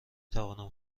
توانم